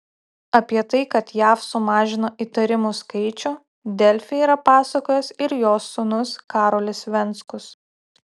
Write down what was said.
apie tai kad jav sumažino įtarimų skaičių delfi yra pasakojęs ir jos sūnus karolis venckus